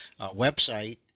website